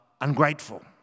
ungrateful